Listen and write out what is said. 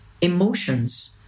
emotions